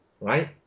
Right